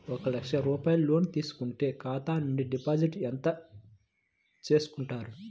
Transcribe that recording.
ఒక లక్ష రూపాయలు లోన్ తీసుకుంటే ఖాతా నుండి డిపాజిట్ ఎంత చేసుకుంటారు?